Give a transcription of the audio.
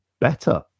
better